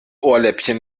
ohrläppchen